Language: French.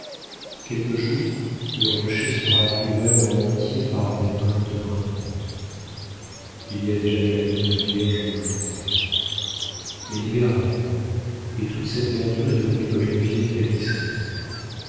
quelque jour le rocher sera couvert en entier par des plantes grimpantes il y a déjà de la vigne vierge de plantée mais l'hiver arrive et toute cette verdure est devenue comme une vieille tapisserie